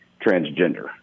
transgender